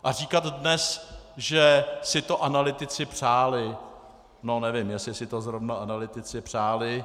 A říkat dnes, že si to analytici přáli, no nevím, jestli si to zrovna analytici přáli.